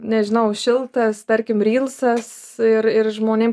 nežinau šiltas tarkim rilsas ir ir žmonėm